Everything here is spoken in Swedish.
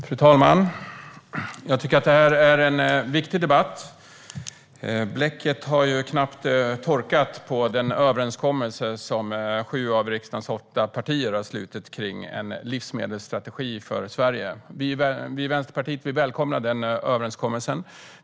Fru talman! Jag tycker att det här är en viktig debatt. Bläcket har knappt torkat på den överenskommelse som sju av riksdagens åtta partier har slutit gällande en livsmedelsstrategi för Sverige. Vi i Vänsterpartiet välkomnar överenskommelsen.